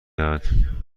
دهد